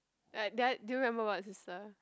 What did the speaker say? right then I do you remember about his sister